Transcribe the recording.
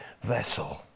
vessel